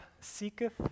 seeketh